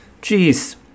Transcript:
Jeez